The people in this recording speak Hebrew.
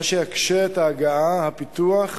מה שיקשה את ההגעה, הפיתוח,